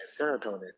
serotonin